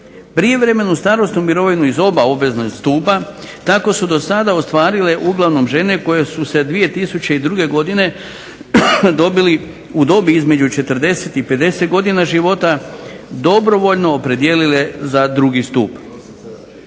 Prijevremenu starosnu mirovinu iz oba obvezna stupa tako su do sada ostvarile uglavnom žene koje su se 2002. Godine u dobi između 40 i 50 godina života dobrovoljno opredijelile za drugi stup.